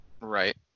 Right